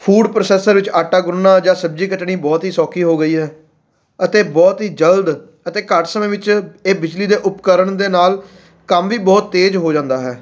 food processor ਵਿੱਚ ਆਟਾ ਗੁੰਨਣਾ ਜਾਂ ਸਬਜ਼ੀ ਕੱਟਣੀ ਬਹੁਤ ਹੀ ਸੌਖੀ ਹੋ ਗਈ ਹੈ ਅਤੇ ਬਹੁਤ ਹੀ ਜਲਦ ਅਤੇ ਘੱਟ ਸਮੇਂ ਵਿੱਚ ਇਹ ਬਿਜਲੀ ਦੇ ਉਪਕਰਨ ਦੇ ਨਾਲ ਕੰਮ ਵੀ ਬਹੁਤ ਤੇਜ਼ ਹੋ ਜਾਂਦਾ ਹੈ